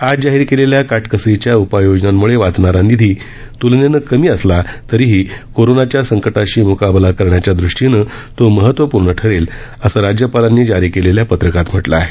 आज जाहीर केलेल्या काटकसरीच्या उपाययोजनांमुळे वाचणारा निधी तुलनेने कमी असला तरीही करोनाच्या संकटाशी स्काबला करण्याच्या दृष्टीने तो महत्वपूर्ण ठरेल असं राज्यपालांनी जारी केलेल्या पत्रकात म्हटलं आहे